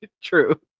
True